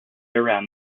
around